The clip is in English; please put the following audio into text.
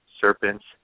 Serpents